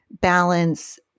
balance